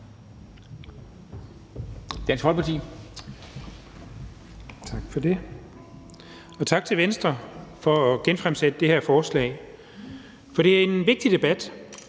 Dahl (DF): Tak for det, og tak til Venstre for at genfremsætte det her forslag, for det er en vigtig debat.